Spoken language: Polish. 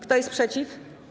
Kto jest przeciw?